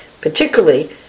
Particularly